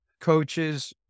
coaches